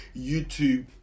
YouTube